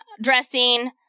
dressing